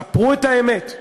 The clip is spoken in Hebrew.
ספרו את האמת,